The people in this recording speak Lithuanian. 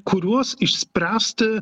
kuriuos išspręsti